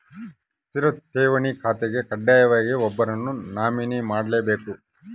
ಸ್ಥಿರ ಠೇವಣಿ ಖಾತೆಗೆ ಕಡ್ಡಾಯವಾಗಿ ಒಬ್ಬರನ್ನು ನಾಮಿನಿ ಮಾಡ್ಲೆಬೇಕ್